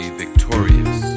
victorious